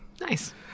Nice